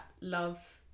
love